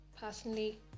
personally